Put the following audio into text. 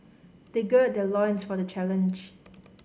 they gird their loins for the challenge